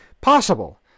possible